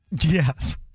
Yes